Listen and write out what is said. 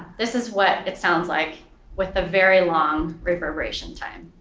this is what it sounds like with a very long reverberation time.